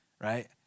right